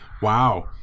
Wow